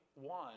one